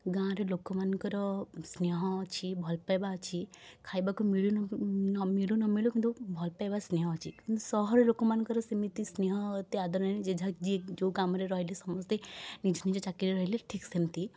ଗାଁର ଲୋକମାନଙ୍କର ସ୍ନେହ ଅଛି ଭଲପାଇବା ଅଛି ଖାଇବାକୁ ମିଳୁ ମିଳୁ ନ ମିଳୁ କିନ୍ତୁ ଭଲପାଇବା ସ୍ନେହ ଅଛି ସହର ଲୋକମାନଙ୍କର ସେମିତି ସ୍ନେହ ଏତେ ଆଦର ନାହିଁ ଯିଏ ଯାହା ଯେଉଁ କାମରେ ରହିଲେ ସମସ୍ତେ ନିଜନିଜ ଚାକିରିରେ ରହିଲେ ଠିକ୍ ସେମତି